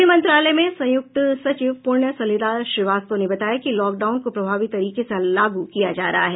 गृह मंत्रालय में संयुक्त सचिव पुण्य सलिला श्रीवास्तव ने बताया कि लॉकडाउन को प्रभावी तरीके से लागू किया जा रहा है